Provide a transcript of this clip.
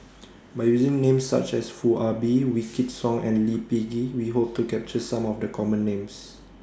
By using Names such as Foo Ah Bee Wykidd Song and Lee Peh Gee We Hope to capture Some of The Common Names